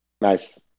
Nice